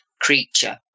creature